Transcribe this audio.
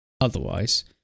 otherwise